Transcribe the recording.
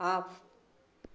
off